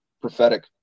prophetic